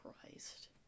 Christ